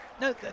No